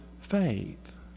faith